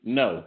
no